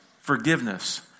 Forgiveness